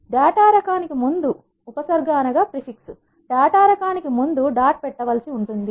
data రకానికి ముందు dot పెట్టవలసి ఉంటుంది